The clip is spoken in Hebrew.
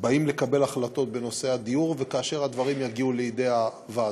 באים לקבל החלטות בנושא הדיור וכאשר הדברים יגיעו לוועדות.